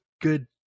good